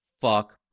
Fuck